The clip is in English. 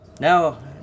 Now